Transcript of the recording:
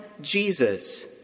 Jesus